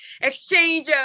exchange